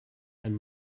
ein